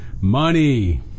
money